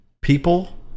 people